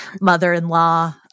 mother-in-law